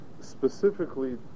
Specifically